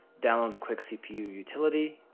download the quick cpu utility.